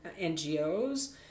NGOs